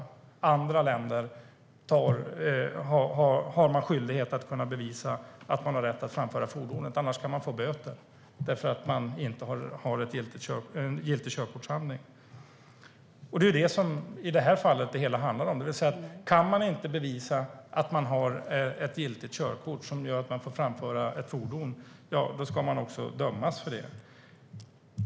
I andra länder har man skyldighet att kunna bevisa att man har rätt att framföra fordonet. Annars kan man få böter för att man inte har en giltig körkortshandling. Det är det som det hela handlar om i detta fall. Om man inte kan bevisa att man har ett giltigt körkort som gör att man får framföra ett fordon ska man också dömas för det.